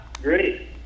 Great